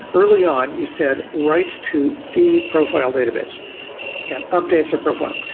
early on, you said right to the profile database and updates of profile.